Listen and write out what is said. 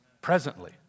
presently